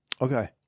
Okay